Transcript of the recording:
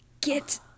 get